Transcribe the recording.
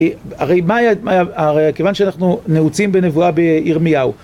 הרי מה היה כיוון שאנחנו נעוצים בנבואה בירמיהו?